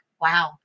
wow